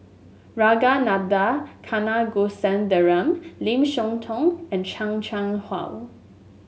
Ragunathar Kanagasuntheram Lim Siah Tong and Chan Chang How